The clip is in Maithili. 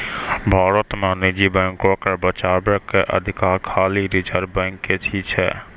भारत मे निजी बैको के बचाबै के अधिकार खाली रिजर्व बैंक के ही छै